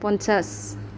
পঞ্চাছ